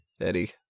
Eddie